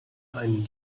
einen